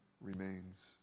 remains